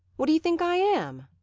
what d'you think i am?